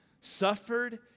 suffered